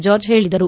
George ಹೇಳಿದರು